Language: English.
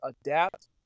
adapt